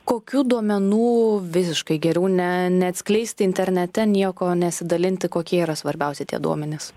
kokių duomenų visiškai geriau ne neatskleisti internete nieko nesidalinti kokie yra svarbiausi tie duomenys